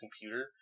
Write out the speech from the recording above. computer